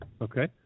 Okay